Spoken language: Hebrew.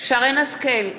שרן השכל,